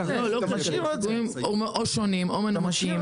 או שונים או מנומקים.